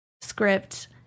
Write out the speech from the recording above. script